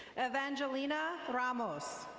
evangelina ramos.